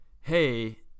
hey